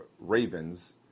Ravens